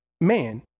man